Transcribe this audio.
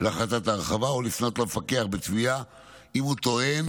להחלטת ההרחבה או לפנות למפקח בתביעה אם הוא טוען,